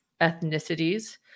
ethnicities